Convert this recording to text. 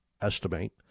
estimate